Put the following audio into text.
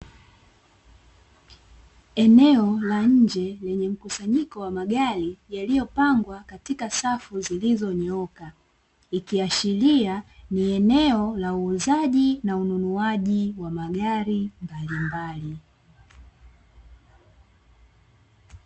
Eneo la nje lenye mkusanyiko wa magari yaliyopangwa katika safu zilizonyooka, ikiashiria ni eneo la uuzaji na ununuaji wa magari mbalimbali.